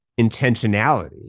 intentionality